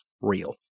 real